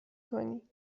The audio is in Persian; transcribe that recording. کنی